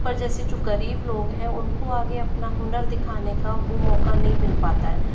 पर जैसे जो गरीब लोग हैं उनको आगे अपना हुनर दिखाने का वह मौका नहीं मिल पाता है